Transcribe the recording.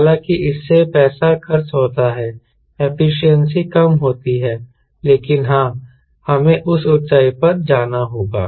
हालाँकि इससे पैसा खर्च होता है एफिशिएंसी कम होती है लेकिन हां हमें उस ऊंचाई पर जाना होगा